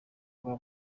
mbuga